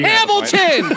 Hamilton